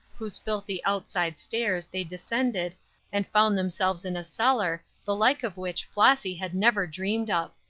whose filthy outside stairs they descended and found themselves in a cellar the like of which flossy had never dreamed of.